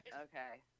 Okay